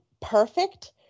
perfect